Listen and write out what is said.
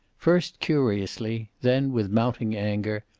first curiously, then with mounting anger,